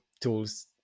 tools